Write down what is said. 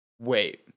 wait